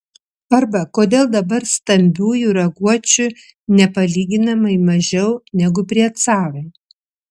arba kodėl dabar stambiųjų raguočių nepalyginamai mažiau negu prie caro